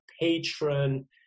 patron